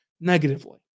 negatively